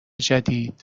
جدید